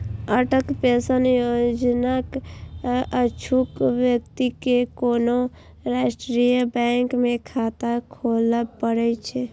Atal pension योजनाक इच्छुक व्यक्ति कें कोनो राष्ट्रीय बैंक मे खाता खोलबय पड़ै छै